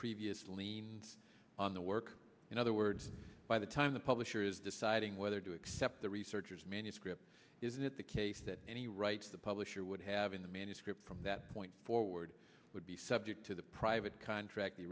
previous liens on the work in other words by the time the publisher is deciding whether to accept the researchers manuscript is it the case that any rights the publisher would have in the manuscript from that point forward would be subject to the private contract